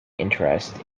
interest